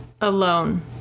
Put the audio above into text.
alone